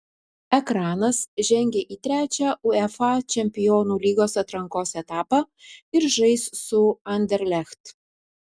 ekranas žengė į trečią uefa čempionų lygos atrankos etapą ir žais su anderlecht